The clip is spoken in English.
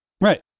right